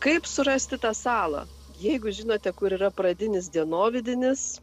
kaip surasti tą salą jeigu žinote kur yra pradinis dienovidinis